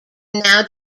now